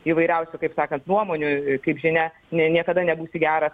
įvairiausių kaip sakant nuomonių kaip žinia ne niekada nebūsi geras